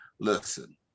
Listen